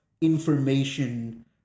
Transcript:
information